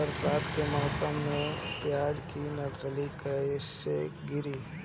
बरसात के मौसम में प्याज के नर्सरी कैसे गिरी?